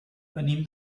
venim